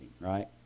right